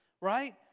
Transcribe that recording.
right